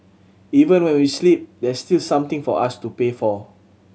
even when we sleep there's still something for us to pay for